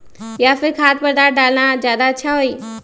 या फिर खाद्य पदार्थ डालना ज्यादा अच्छा होई?